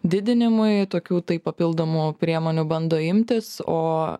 didinimui tokių taip papildomų priemonių bando imtis o